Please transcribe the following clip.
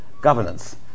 governance